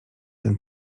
ten